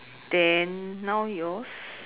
then now yours